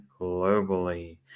globally